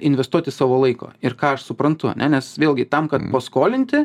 investuoti savo laiko ir ką aš suprantu ane nes vėlgi tam kad paskolinti